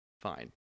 Fine